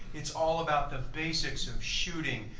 it's all about the basics of shooting,